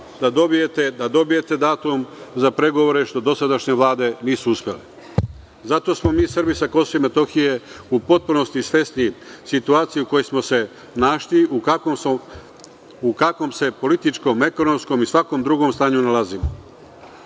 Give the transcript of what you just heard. da dobijete datum za pregovore, što dosadašnje vlade nisu uspele. Zato smo mi Srbi sa Kosova i Metohije u potpunosti svesni situacije u kojoj smo se našli, u kakvom se političkom, ekonomskom i svakom drugom stanju nalazimo. Ne